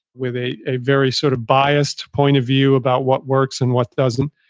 with a a very sort of biased point of view about what works and what doesn't,